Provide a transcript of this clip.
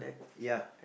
ya